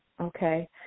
okay